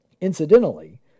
Incidentally